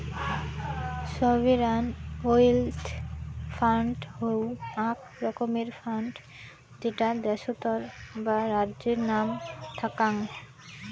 sovereign wealth fund হউ আক রকমের ফান্ড যেটা দ্যাশোতর বা রাজ্যের নাম থ্যাক্যাং